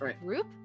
group